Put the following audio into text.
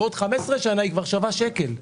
בעוד 15 שנה היא כבר שווה שקל,